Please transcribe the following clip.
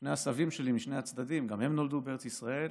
שני הסבים שלי משני הצדדים גם הם נולדו בארץ ישראל.